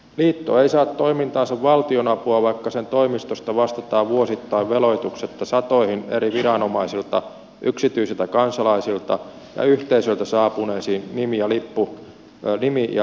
liitto ei saa toimintaansa valtionapua vaikka sen toimistosta vastataan vuosittain veloituksetta satoihin eri viranomaisilta yksityisiltä kansalaisilta ja yhteisöiltä saapuneisiin nimi ja liputustiedusteluihin